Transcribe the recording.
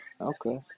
Okay